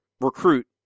recruit